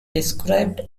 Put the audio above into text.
described